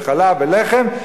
חלב ולחם.